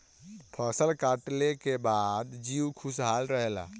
फसल कटले के बाद जीउ खुशहाल रहेला